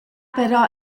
però